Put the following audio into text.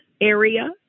area